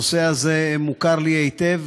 הנושא הזה מוכר לי היטב,